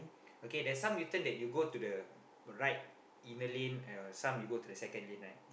okay there's some U-turn that you go to the right inner lane uh some you go the to second lane right